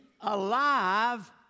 alive